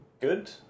good